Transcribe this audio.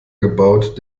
gebaut